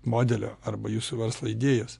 modelio arba jūsų verslo idėjos